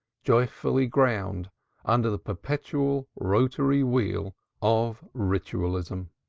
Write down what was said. joyfully ground under the perpetual rotary wheel of ritualism,